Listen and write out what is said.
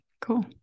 Cool